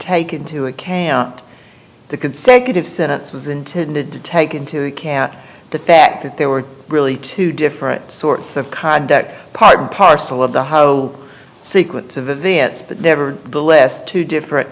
take into a chaos the consecutive sentence was intended to take into account that that there were really two different sorts of conduct part and parcel of the how sequence of events but never the less two different